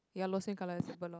ya lor same color as the bird lor